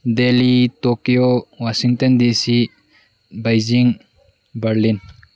Delhi Tokyo Washington D C Beijing Berlin